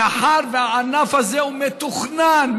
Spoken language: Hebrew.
מאחר שהענף הזה הוא מתוכנן,